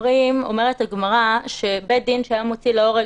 אומרת הגמרא שבית דין שהיה מוציא להורג